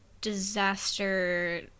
disaster